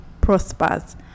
prospers